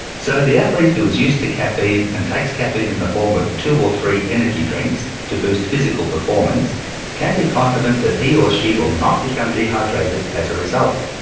so the athlete who is used to caffeine and takes caffeine in the form of two or three energy drinks to boost physical performance can be confident that he or she will not become dehydrated as a result.